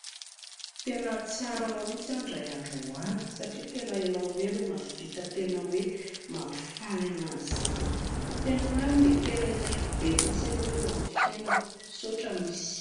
Tena hahatsiaro anao mihintsy aho indray androany satria tena ianao irery no mahavita tena hoe mampifaly anahy izany, tena marina e, tena ilaiko be mihintsy ianao eo amin'ny fiainako. Misaotra misy